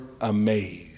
amazed